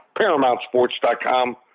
ParamountSports.com